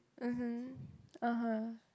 mmhmm (uh huh)